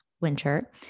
winter